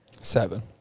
Seven